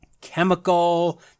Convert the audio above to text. chemical